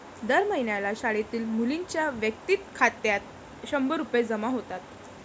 दर महिन्याला शाळेतील मुलींच्या वैयक्तिक खात्यात शंभर रुपये जमा होतात